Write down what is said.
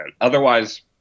Otherwise